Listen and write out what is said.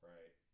Right